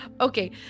Okay